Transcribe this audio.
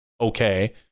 okay